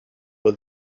for